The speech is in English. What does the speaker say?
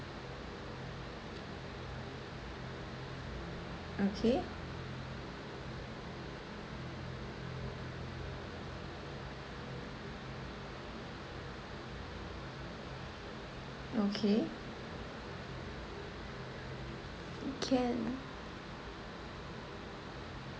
okay okay can